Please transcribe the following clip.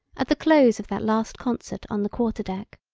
at the close of that last concert on the quarter-deck.